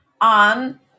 on